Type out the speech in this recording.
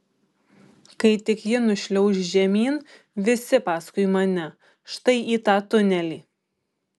kai tik ji nušliauš žemyn visi paskui mane štai į tą tunelį